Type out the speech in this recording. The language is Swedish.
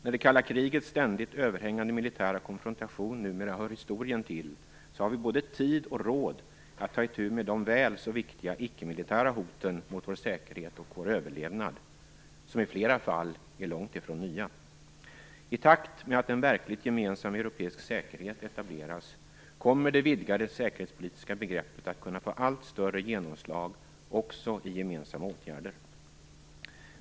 När det kalla krigets ständigt överhängande militära konfrontation numera hör historien till, har vi tid och råd att ta itu med de väl så viktiga icke-militära hoten mot vår säkerhet och vår överlevnad, som i flera fall är långt ifrån nya. I takt med att en verkligt gemensam europeisk säkerhet etableras kommer det vidgade säkerhetspolitiska begreppet att kunna få allt större genomslag också i gemensamma åtgärder.